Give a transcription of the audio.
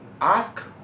ask